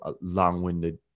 long-winded